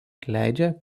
leidžia